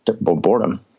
boredom